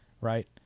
right